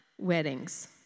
weddings